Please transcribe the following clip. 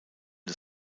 des